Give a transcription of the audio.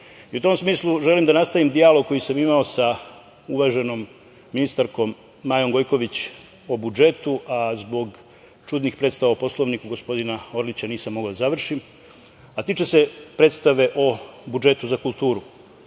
U tom smislu, želim da nastavim dijalog koji sam imao sa uvaženom ministarkom Majom Gojković o budžetu, a zbog čudnih predstava o Poslovniku gospodina Orlića, nisam mogao da završim, a tiče se predstave o budžetu za kulturu. Tačno